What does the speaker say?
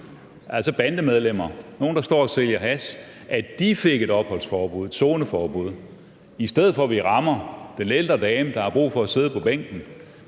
altså bandemedlemmer, nogle, der står og sælger hash – fik et zoneforbud, i stedet for at vi rammer den ældre dame, der har brug for at sidde på bænken